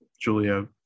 Julia